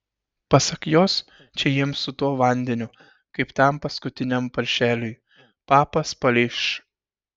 pasak jos čia jiems su tuo vandeniu kaip tam paskutiniam paršeliui papas palei š